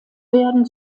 werden